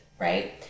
right